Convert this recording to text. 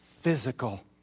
physical